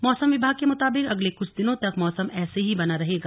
मौसम विभाग के मुताबिक अगले कुछ दिनों तक मौसम ऐसे ही बना रहेगा